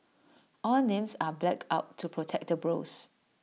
all names are blacked out to protect the bros